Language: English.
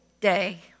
day